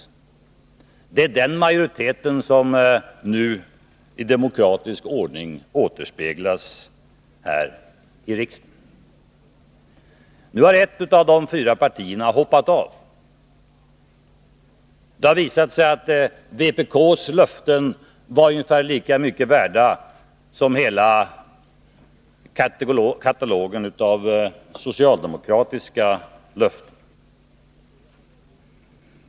Det är den majoriteten som nu i demokratisk ordning återspeglas här i riksdagen. Nu har ett av partierna hoppat av. Det har visat sig att vpk:s löften var ungefär lika mycket värda som hela katalogen av socialdemokratiska löften.